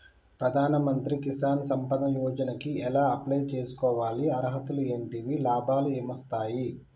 ప్రధాన మంత్రి కిసాన్ సంపద యోజన కి ఎలా అప్లయ్ చేసుకోవాలి? అర్హతలు ఏంటివి? లాభాలు ఏమొస్తాయి?